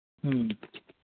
ᱦᱩᱸ